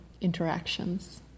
interactions